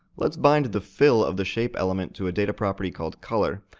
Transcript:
let's bind the fill of the shape element to a data property called color,